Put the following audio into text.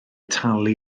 talu